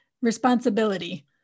responsibility